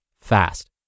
fast